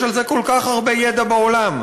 יש על זה כל כך הרבה ידע בעולם.